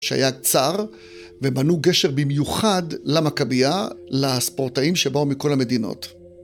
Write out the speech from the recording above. שהיה צר, ובנו גשר במיוחד, למכבייה, לספורטאים שבאו מכל המדינות.